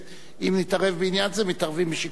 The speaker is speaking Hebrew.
אם נתערב בעניין זה, מתערבים בשיקול דעתו.